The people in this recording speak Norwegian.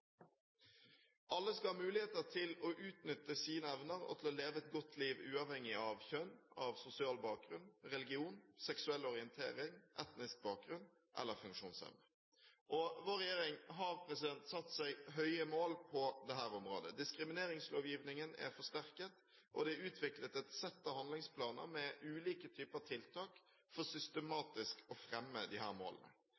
Alle skal ha muligheter til å utnytte sine evner og til å leve et godt liv uavhengig av kjønn, sosial bakgrunn, religion, seksuell orientering, etnisk bakgrunn eller funksjonsevne. Vår regjering har satt seg høye mål på dette området. Diskrimineringslovgivningen er forsterket, og det er utviklet et sett av handlingsplaner med ulike typer tiltak for